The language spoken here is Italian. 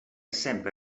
sempre